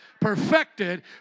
perfected